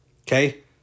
Okay